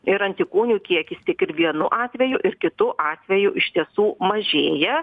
ir antikūnių kiekis tiek ir vienu atveju ir kitu atveju iš tiesų mažėja